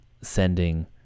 sending